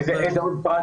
איזה עוד פרט